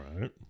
Right